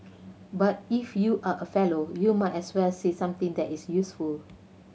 but if you are a Fellow you might as well say something that is useful